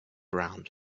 round